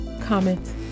comment